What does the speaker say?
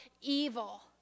evil